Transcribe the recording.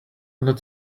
not